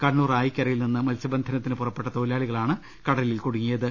കണ്ണൂർ ആയിക്കര യിൽ നിന്ന് മത്സ്യബന്ധനത്തിന് പുറപ്പെട്ട തൊഴിലാളികളാണ് കട ലിൽ കൂടുങ്ങിയത്